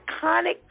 iconic